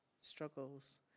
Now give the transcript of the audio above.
struggles